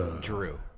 Drew